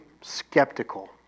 skeptical